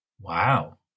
Wow